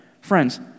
Friends